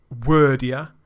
wordier